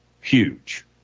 huge